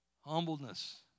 humbleness